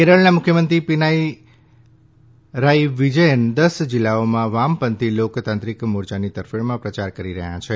કેરળના મુખ્યમંત્રી પિનારાઇ વિજયન દસ જિલ્લાઓમાં વામપંથી લોકતાંત્રિક મોરચાની તરફેણમાં પ્રચાર કરી રહ્યા છે